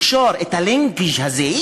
לקשור, הלינקג' הזה.